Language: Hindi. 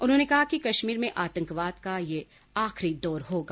उन्होंने कहा कि कश्मीर में आतंकवाद का यह आखिरी दौर होगा